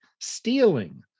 stealing